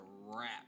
wrap